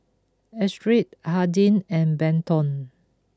Astrid Hardin and Benton